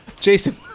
Jason